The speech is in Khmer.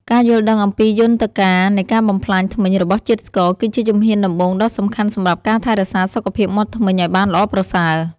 ការយល់ដឹងអំពីយន្តការនៃការបំផ្លាញធ្មេញរបស់ជាតិស្ករគឺជាជំហានដំបូងដ៏សំខាន់សម្រាប់ការថែរក្សាសុខភាពមាត់ធ្មេញឱ្យបានល្អប្រសើរ។